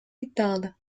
iddialı